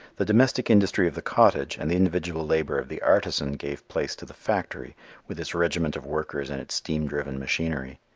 the domestic industry of the cottage and the individual labor of the artisan gave place to the factory with its regiment of workers and its steam-driven machinery.